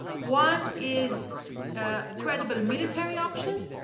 one is a credible military option,